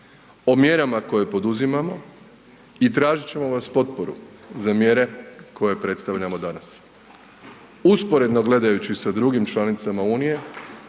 o mjerama koje poduzimamo i tražit ćemo vas potporu za mjere koje predstavljamo danas. Usporedno gledajući sa drugim članicama unije